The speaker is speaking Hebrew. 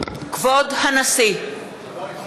כבוד הנשיא!